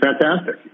fantastic